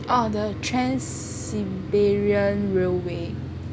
oh the trans siberian railway